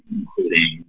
including